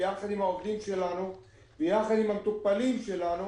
יחד עם העובדים שלנו ויחד עם המטופלים שלנו